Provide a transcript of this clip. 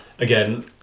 Again